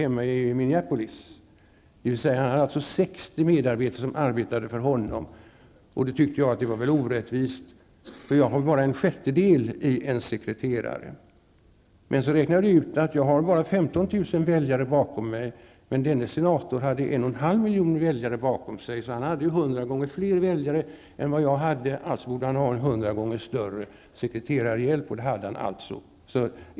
Han hade alltså 60 medarbetare som arbetade för honom. Jag tyckte att det var orättvist, för jämfört med honom har jag bara 0,6 sekreterarhjälp. Men jag räknade ut att jag bara har 15 000 väljare bakom mig, medan denne senator hade 1,5 miljoner bakom sig. Han hade alltså hundra gånger fler väljare än jag har, och han borde alltså ha hundra gånger större sekreterarhjälp, vilket han hade.